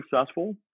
successful